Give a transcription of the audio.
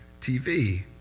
TV